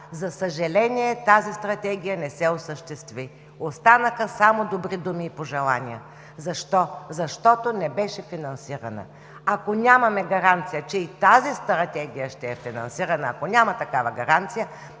за съжаление тази Стратегия не се осъществи. Останаха само добри думи и пожелания. Защо? Защото не беше финансирана. Ако нямаме гаранция, че и тази Стратегия ще е финансирана, ако няма такава гаранция,